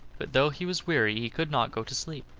but though he was weary he could not go to sleep.